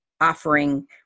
Offering